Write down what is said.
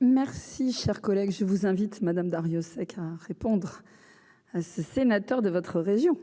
Merci, chers collègues, je vous invite, madame Darrieussecq à répondre à ce sénateur de votre région.